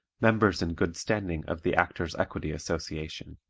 members in good standing of the actors' equity association.